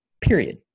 period